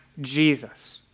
Jesus